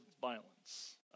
violence